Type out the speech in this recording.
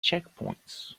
checkpoints